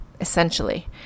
essentially